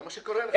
זה מה שקורה לך.